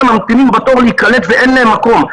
ממתינים בתור להיקלט ואין להם מקום.